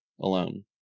alone